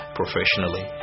professionally